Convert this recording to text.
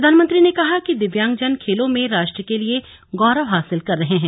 प्रधानमंत्री ने कहा कि दिव्यांगजन खेलों में राष्ट्र के लिए गौरव हासिल कर रहे हैं